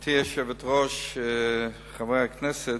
גברתי היושבת-ראש, חברי הכנסת,